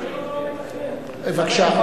בבקשה.